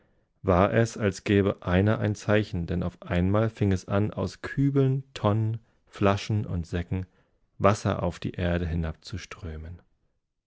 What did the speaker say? war es als gäbe einer ein zeichen denn auf einmalfingesan auskübeln tonnen flaschenundsäckenwasseraufdie erdehinabzuströmen in demselben augenblick als die ersten frühlingsschauer auf die erde